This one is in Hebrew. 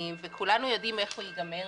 וכולנו יודעים איך הוא ייגמר,